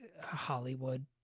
Hollywood